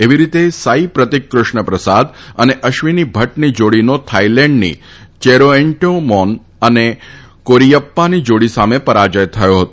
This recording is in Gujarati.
એવી જ રીતે સાઈપ્રતિક કૃષ્ણ પ્રસાદ અને અશ્વિની ભદની જોડીનો થાઈલેન્ડની યેરોએનટેમોન અને કોરીયપ્પાની જોડી સામે પરાજય થયો હતો